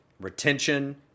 retention